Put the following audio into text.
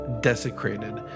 desecrated